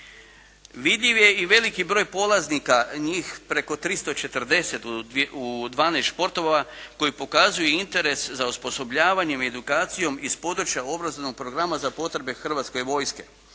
Vidljiv je i velik broj polaznika, njih preko 340 u 12 športova koji pokazuju interes za osposobljavanjem i edukacijom iz područja obrazovnog programa za potrebe Hrvatske vojske